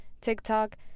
tiktok